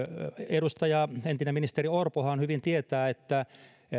edustaja entinen ministeri orpohan hyvin tietää että